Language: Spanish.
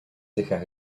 cejas